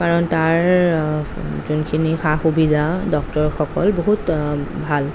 কাৰণ তাৰ যোনখিনি সা সুবিধা ডক্টৰসকল বহুত ভাল